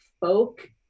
folk